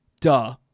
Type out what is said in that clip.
Duh